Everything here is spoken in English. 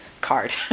card